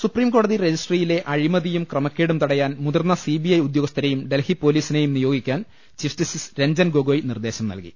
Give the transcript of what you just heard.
സുപ്രീംകോടതി രജിസ്ട്രിയിലെ അഴിമതിയും ക്രമക്കേടും തട യാൻ മുതിർന്ന സിബിഐ ഉദ്യോഗസ്ഥരെയും ഡൽഹി പൊലീ സിനെയും ്നിയോഗിക്കാൻ ചീഫ് ജസ്റ്റിസ് രഞ്ജൻ ഗൊഗോയ് നിർദേശം നൽകി